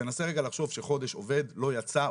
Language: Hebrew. תנסה רגע לחשוב שחודש עובד לא יצא,